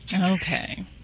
Okay